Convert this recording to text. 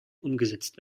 umgesetzt